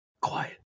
Quiet